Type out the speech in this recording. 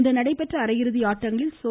இன்று நடைபெற்ற அரையிறுதி ஆட்டங்களில் சோ